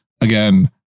again